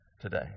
today